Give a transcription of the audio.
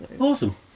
Awesome